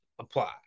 apply